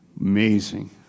Amazing